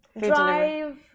Drive